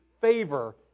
favor